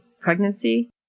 pregnancy